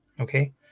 okay